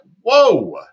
Whoa